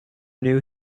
knew